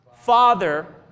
Father